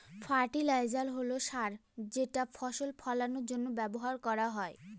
fertiliser হল সার যেটা ফসল ফলানের জন্য ব্যবহার করা হয়